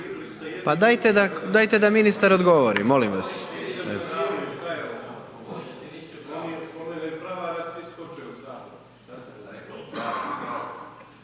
Pa dajte da ministar odgovori, molim vas.